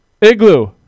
Igloo